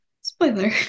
spoiler